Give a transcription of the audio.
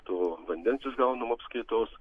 to vandens išgaunamo apskaitos